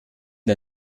der